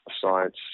science